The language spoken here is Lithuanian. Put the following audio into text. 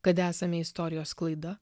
kad esame istorijos klaida